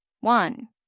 One